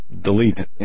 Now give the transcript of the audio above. Delete